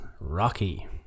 Rocky